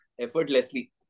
effortlessly